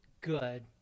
good